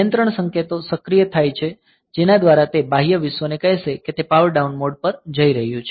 નિયંત્રણ સંકેતો સક્રિય થાય છે જેના દ્વારા તે બાહ્ય વિશ્વને કહેશે કે તે પાવર ડાઉન મોડ પર જઈ રહ્યું છે